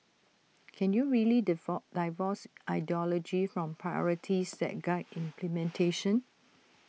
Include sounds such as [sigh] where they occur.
can you really [unintelligible] divorce ideology from priorities that guide implementation